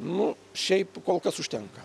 nu šiaip kol kas užtenka